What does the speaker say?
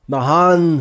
Mahan